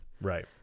Right